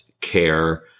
care